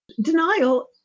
Denial